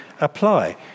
apply